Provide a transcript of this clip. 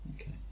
Okay